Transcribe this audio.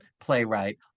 playwright